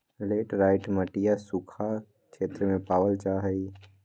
laterite मटिया सूखा क्षेत्र में पावल जाहई